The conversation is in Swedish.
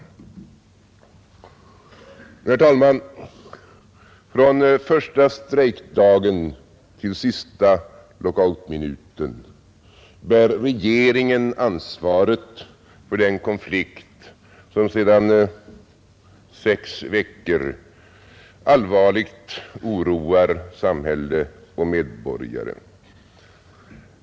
Herr talman! Från första strejkdagen till sista lockoutminuten bär regeringen ansvaret för den konflikt som sedan sex veckor allvarligt oroar samhälle och medborgare.